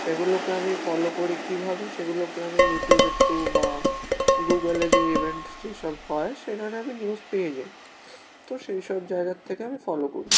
সেগুলোকে আমি ফলো করি কীভাবে সেগুলোকে আমি ইউটিউবের থ্রু বা গুগলে যে ইভেন্ট যেসব হয় সেখানে আমি নিউজ পেয়ে যাই তো সেই সব জায়গার থেকে আমি ফলো করি